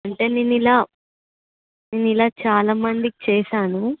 అంటే నేను ఇలా నేను ఇలా చాలామందికి చేసాను